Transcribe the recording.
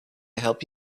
help